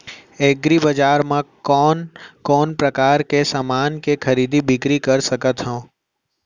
एग्रीबजार मा मैं कोन कोन परकार के समान के खरीदी बिक्री कर सकत हव?